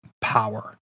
power